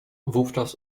wówczas